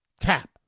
tap